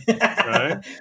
Right